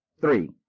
Three